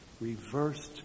reversed